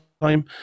time